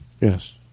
Yes